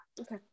Okay